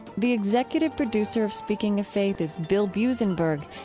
the executive producer of speaking of faith is bill buzenberg.